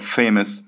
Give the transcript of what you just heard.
famous